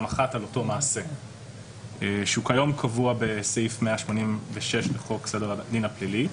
אחת על אותו מעשה שהוא כיום קבוע בסעיף 186 לחוק סדר הדין הפלילי.